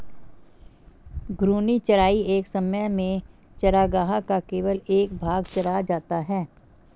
घूर्णी चराई एक समय में चरागाह का केवल एक भाग चरा जाता है